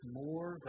more